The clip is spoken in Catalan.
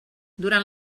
durant